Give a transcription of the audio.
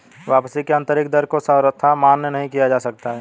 वापसी की आन्तरिक दर को सर्वथा मान्य नहीं किया जा सकता है